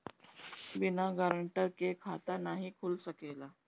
बिना गारंटर के खाता नाहीं खुल सकेला?